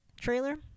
trailer